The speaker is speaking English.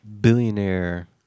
billionaire